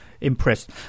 impressed